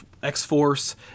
X-Force